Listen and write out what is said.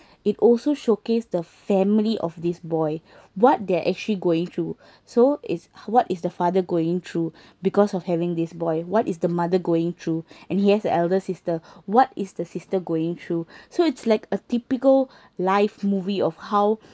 it also showcase the family of this boy what they're actually going through so is what is the father going through because of having this boy what is the mother going through and he has a elder sister what is the sister going through so it's like a typical life movie of how